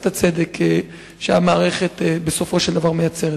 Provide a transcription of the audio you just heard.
הצדק שהמערכת בסופו של דבר מייצרת?